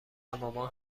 مامان